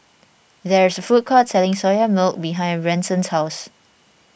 there is a food court selling Soya Milk behind Branson's house